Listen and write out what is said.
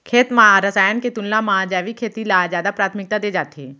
खेत मा रसायन के तुलना मा जैविक खेती ला जादा प्राथमिकता दे जाथे